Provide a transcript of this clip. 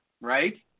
right